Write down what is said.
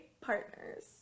partners